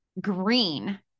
green